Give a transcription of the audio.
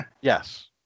Yes